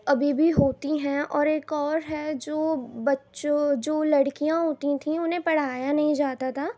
ابھی بھی ہوتی ہیں اور ایک اور ہے جو بچوں جو لڑکیاں ہوتی تھیں انہیں پڑھایا نہیں جاتا تھا